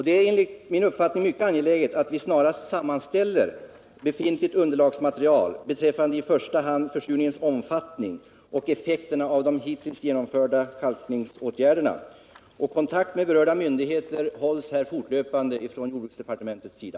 Det är enligt min uppfattning mycket angeläget att vi snarast sammanställer befintligt underlagsmaterial beträf 14 fande i första hand försurningens omfattning och effekterna av de hittills genomförda kalkningsåtgärderna. Kontakt med berörda myndigheter hålls i detta avseende fortlöpande från jordbruksdepartementets sida.